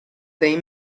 dei